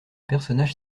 personnages